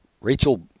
Rachel